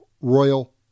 royal